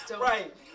Right